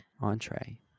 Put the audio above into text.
entree